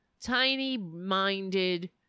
Tiny-minded